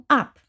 up